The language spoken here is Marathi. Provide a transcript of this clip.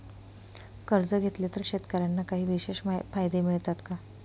कर्ज घेतले तर शेतकऱ्यांना काही विशेष फायदे मिळतात का?